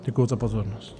Děkuji za pozornost.